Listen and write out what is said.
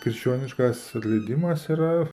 krikščioniškas atleidimas yra